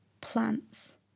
plants